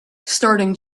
starring